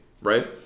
right